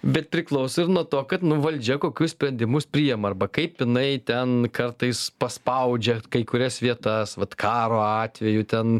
bet priklauso ir nuo to kad valdžia kokius sprendimus priima arba kaip jinai ten kartais paspaudžia kai kurias vietas vat karo atveju ten